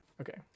Okay